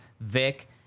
Vic